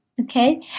okay